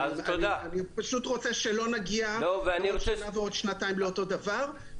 אני פשוט רוצה שלא נגיע בעוד שנה ובעוד שנתיים לאותו דבר.